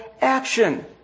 action